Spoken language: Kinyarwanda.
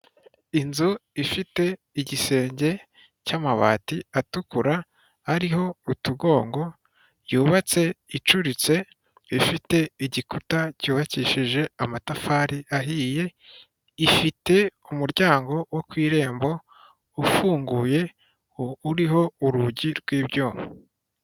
Inzu ifite igisenge cy'amabati atukura ari utugongo yubatse icuritse, ifite igikuta cyubakishije amatafari ahiye, ifite umuryango wo ku irembo ufunguye uriho urugi rw'ibyuma.